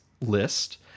list